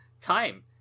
time